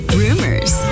rumors